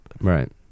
Right